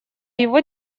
его